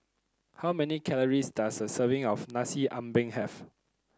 how many calories does a serving of Nasi Ambeng have